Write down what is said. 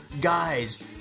guys